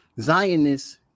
Zionists